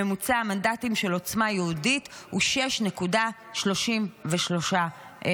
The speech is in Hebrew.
ממוצע המנדטים של עוצמה יהודית הוא 6.33 מנדטים.